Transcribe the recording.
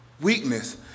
weakness